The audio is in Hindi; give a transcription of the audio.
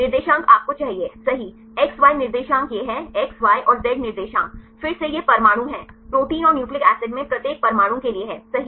निर्देशांक आपको चाहिए सही XYZ निर्देशांक यह है X Y और Z निर्देशांक फिर से यह परमाणु है I प्रोटीन और न्यूक्लिक एसिड में प्रत्येक परमाणु के लिए है सही